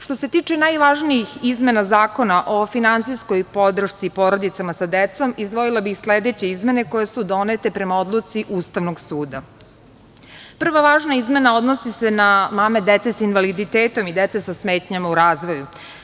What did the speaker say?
Što se tiče najvažnijih izmena Zakona o finansijskoj podršci porodicama sa decom izdvojila bih sledeće izmene koje su donete prema odluci Ustavnog suda- prva važna izmena odnosi se na mame dece sa invaliditetom i dece sa smetnjama u razvoju.